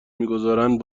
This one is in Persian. میگذارند